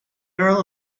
earl